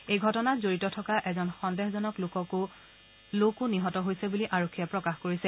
এই ঘটনাত জড়িত থকা এজন সন্দেহজনক লোকো নিহত হৈছে বুলি আৰক্ষীয়ে প্ৰকাশ কৰিছে